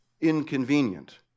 inconvenient